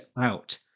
out